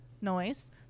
noise